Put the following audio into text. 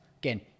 Again